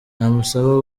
namusaba